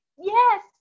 yes